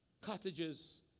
Cottages